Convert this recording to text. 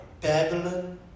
babylon